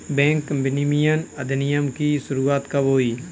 Bank विनियमन अधिनियम की शुरुआत कब हुई?